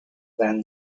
than